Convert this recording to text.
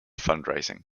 fundraising